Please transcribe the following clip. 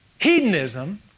Hedonism